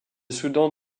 soudan